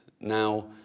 Now